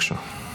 בבקשה.